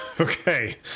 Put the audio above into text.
Okay